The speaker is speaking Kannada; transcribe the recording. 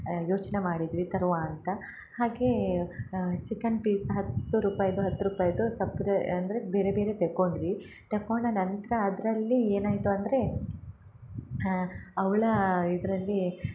ಯೋಚನೆ ಮಾಡಿದ್ವಿ ತರುವ ಅಂತ ಹಾಗೆ ಚಿಕನ್ ಪೀಸ್ ಹತ್ತು ರುಪಾಯ್ದು ಹತ್ತು ರೂಪಾಯ್ದು ಸಪ್ರೇ ಅಂದರೆ ಬೇರೆ ಬೇರೆ ತೆಕೊಂಡ್ವಿ ತೆಕೊಂಡ ನಂತರ ಅದರಲ್ಲಿ ಏನು ಆಯಿತು ಅಂದರೆ ಅವ್ಳ ಇದರಲ್ಲಿ